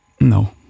No